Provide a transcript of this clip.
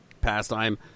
pastime